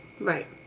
right